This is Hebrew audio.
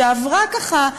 שעברה ככה,